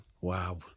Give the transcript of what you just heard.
Wow